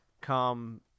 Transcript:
come